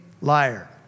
liar